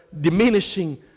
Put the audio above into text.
diminishing